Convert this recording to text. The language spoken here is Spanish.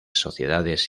sociedades